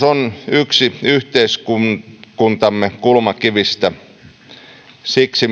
yksi yhteiskuntamme kulmakivistä siksi